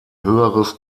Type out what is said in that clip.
höheres